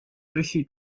tõsi